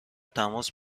تماس